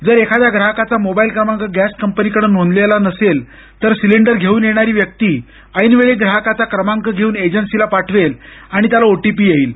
जर एखाद्या ग्राहकाचा मोबाईल क्रमांक गॅस कंपनीकडे नोंदलेला नसेल तर सिलिंडर घेऊन येणारी व्यक्ती ऐनवेळी ग्राहकाचा क्रमांक घेऊन एजन्सीला पाठवेल आणि त्याला ओटीपी येईल